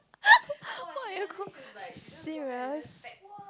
what you cook serious